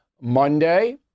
Monday